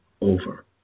over